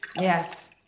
Yes